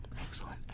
excellent